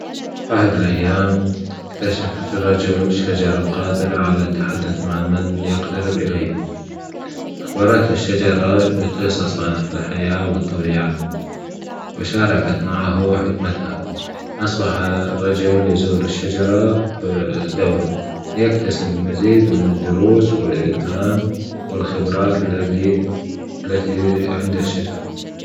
في أحد الأيام أكتشف رجل شجرة غامضة قادرة على التحدث مع من يقترب إليها أخبرته الشجرة بقصص عن الحياة والطبيعة وشاركت معه حكمتها أصبح الرجل يزور الشجرة ب - دوري يكتسب المزيد من الدورس والألهام والخبرات الذي- التي عند الشجرة